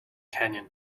canyon